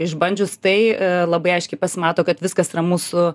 išbandžius tai labai aiškiai pasimato kad viskas yra mūsų